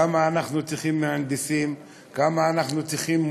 כמה מהנדסים אנחנו צריכים,